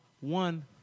one